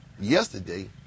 yesterday